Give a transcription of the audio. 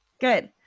Good